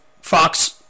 Fox